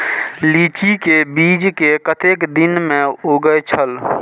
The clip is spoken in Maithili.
लीची के बीज कै कतेक दिन में उगे छल?